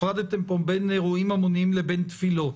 הפרדתם פה בין אירועים המוניים לבין תפילות.